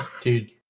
Dude